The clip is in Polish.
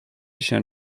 się